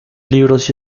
libros